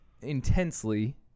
intensely